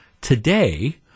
today –